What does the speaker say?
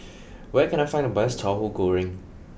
where can I find the best Tauhu Goreng